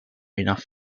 enough